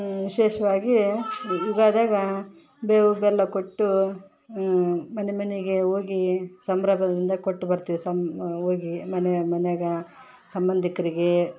ವಿಶೇಷವಾಗಿ ಯುಗಾದ್ಯಾಗ ಬೇವು ಬೆಲ್ಲ ಕೊಟ್ಟು ಮನೆ ಮನೆಗೆ ಹೋಗಿ ಸಂಭ್ರಮದಿಂದ ಕೊಟ್ಟುಬರ್ತೀವಿ ಸಂ ಹೋಗಿ ಮನೆ ಮನ್ಯಾಗ ಸಂಬಂಧಿಕರಿಗೆ